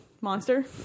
monster